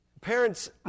Parents